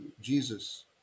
Jesus